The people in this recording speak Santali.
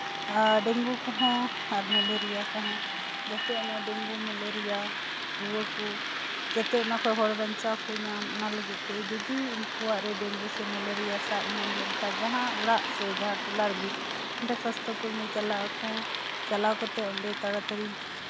ᱟᱨ ᱰᱮᱝᱜᱩ ᱠᱚᱸᱦᱚ ᱢᱮᱞᱮᱨᱤᱭᱟ ᱠᱚᱦᱚᱸ ᱡᱟᱛᱮ ᱚᱱᱟ ᱰᱮᱝᱜᱩ ᱢᱮᱞᱮᱨᱤᱭᱟ ᱨᱩᱣᱟᱹ ᱠᱚ ᱡᱟᱛᱮ ᱚᱱᱟ ᱠᱷᱚᱱ ᱦᱚᱲ ᱵᱟᱧᱪᱟᱣ ᱠᱚ ᱧᱟᱢ ᱚᱱᱟ ᱞᱟᱹᱜᱤᱫ ᱛᱮ ᱡᱩᱫᱤ ᱩᱱᱠᱩᱣᱟᱜ ᱨᱮ ᱰᱮᱝᱜᱩ ᱥᱮ ᱢᱮᱞᱮᱨᱤᱭᱟ ᱥᱟᱵ ᱞᱮᱱᱠᱷᱟᱱ ᱡᱟᱦᱟᱸ ᱚᱲᱟᱜ ᱥᱮ ᱡᱟᱦᱟᱸ ᱴᱚᱞᱟ ᱨᱮᱜᱮ ᱚᱸᱰᱮ ᱥᱟᱥᱛᱷᱚ ᱠᱚᱨᱢᱤ ᱪᱟᱞᱟᱜ ᱟᱠᱚ ᱪᱟᱞᱟᱣ ᱠᱟᱛᱮᱫ ᱚᱸᱰᱮ ᱛᱟᱲᱟ ᱛᱟᱲᱤ